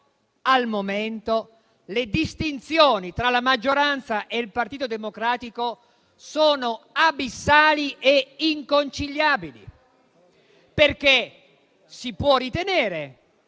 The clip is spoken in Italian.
al momento, le distinzioni tra la maggioranza e il Partito Democratico sono abissali e inconciliabili. Si può ritenere, come